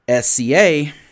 SCA